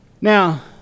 Now